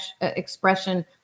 expression